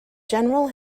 general